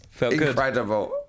incredible